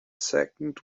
second